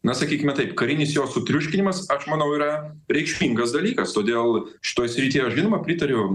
na sakykime taip karinis jo sutriuškinimas aš manau yra reikšmingas dalykas todėl šitoj srity aš žinoma pritariu